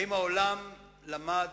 האם העולם למד